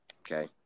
Okay